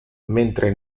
mentre